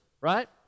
right